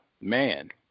Man